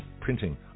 printing